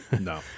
No